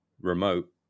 remote